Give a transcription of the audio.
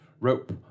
rope